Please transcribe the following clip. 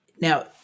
Now